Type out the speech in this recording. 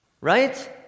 Right